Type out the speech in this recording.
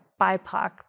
BIPOC